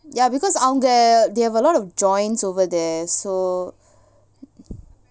ya because அவங்க:avanga they have a lot of joints over there so